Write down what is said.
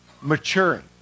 maturing